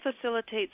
facilitates